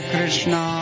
Krishna